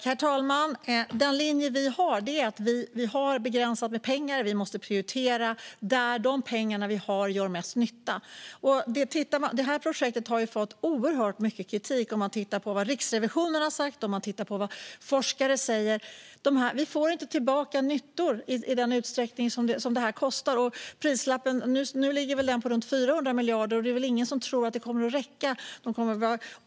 Herr talman! Den linje vi har är att det finns begränsat med pengar och att man måste prioritera de projekt där pengarna gör mest nytta. Det här projektet har fått oerhört mycket kritik av Riksrevisionen och forskare. Vi får inte tillbaka nyttor som motsvarar kostnaden. Prislappen ligger nu på runt 400 miljarder, och det är väl ingen som tror att det kommer att räcka.